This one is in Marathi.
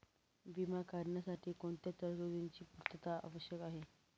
विमा काढण्यासाठी कोणत्या तरतूदींची पूर्णता आवश्यक आहे?